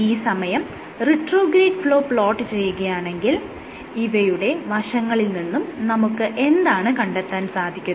ഈ സമയം retrograde flow plot ചെയ്യുകയാണെങ്കിൽ ഇവയുടെ വശങ്ങളിൽ നിന്നും നമുക്ക് എന്താണ് കണ്ടെത്താൻ സാധിക്കുന്നത്